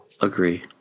agree